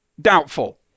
doubtful